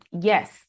Yes